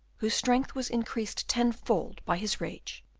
whose strength was increased tenfold by his rage,